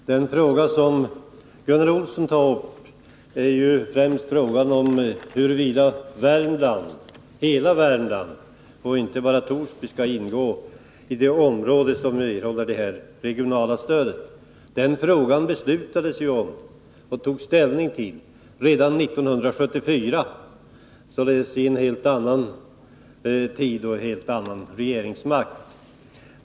Fru talman! Den fråga som Gunnar Olsson tar upp gäller ju främst huruvida hela Värmland och inte bara Torsby kommun skall ingå i det område som erhåller regionalt stöd. I den frågan fattades beslut redan 1974 — således i en helt annan tid och med en helt annan regeringsmakt.